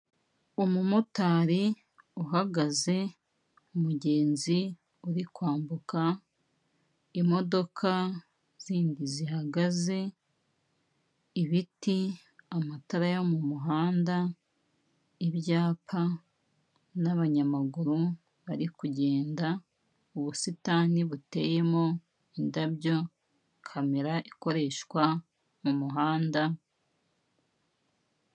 Umumotari uhagaze, umugenzi uri kwambuka. Imodoka zindi zihagaze, ibiti, amatara yo mu muhanda, ibyapa n'abanyamaguru bari kugenda, ubusitani buteyemo indabyo, kamera ikoreshwa mu muhanda.